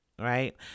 Right